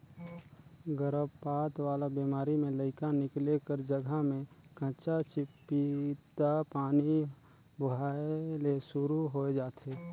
गरभपात वाला बेमारी में लइका निकले कर जघा में कंचा चिपपिता पानी बोहाए ले सुरु होय जाथे